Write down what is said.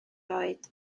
oed